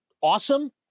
awesome